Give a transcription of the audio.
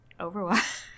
Overwatch